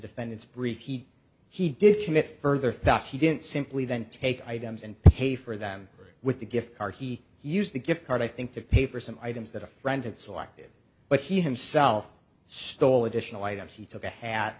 defendant's brief he he did commit further thoughts he didn't simply then take items and pay for them with the gift card he used the gift card i think to pay for some items that a friend had selected but he himself stole additional items he took a hat